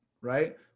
right